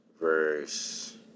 verse